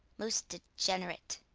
most degenerate,